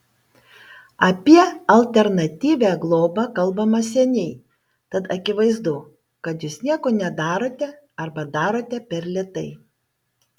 apie alternatyvią globą kalbama seniai tad akivaizdu kad jūs nieko nedarote arba darote per lėtai